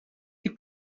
que